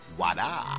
wada